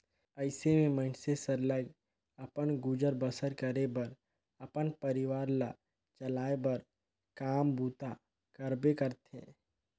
अइसे में मइनसे सरलग अपन गुजर बसर करे बर अपन परिवार ल चलाए बर काम बूता करबे करथे